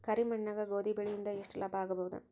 ಕರಿ ಮಣ್ಣಾಗ ಗೋಧಿ ಬೆಳಿ ಇಂದ ಎಷ್ಟ ಲಾಭ ಆಗಬಹುದ?